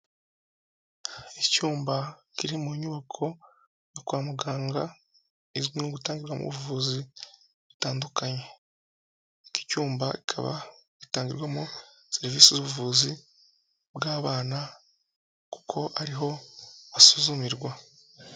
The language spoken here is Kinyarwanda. Icyumba kiri mu nyubako yo kwa muganga izwiho gutanga ubu buvuzi butandukanye, iki cyumba kikaba gitangirwamo serivisi z'ubuvuzi bw'abana kuko ariho basuzumirwa.